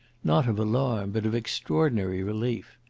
not of alarm, but of extraordinary relief.